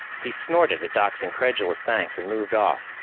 he snorted at doc's incredulous thanks and moved off,